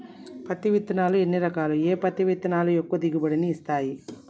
పత్తి విత్తనాలు ఎన్ని రకాలు, ఏ పత్తి విత్తనాలు ఎక్కువ దిగుమతి ని ఇస్తాయి?